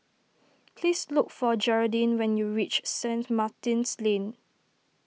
please look for Geraldine when you reach Saint Martin's Lane